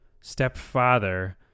stepfather